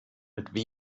mit